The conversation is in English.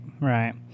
right